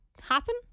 happen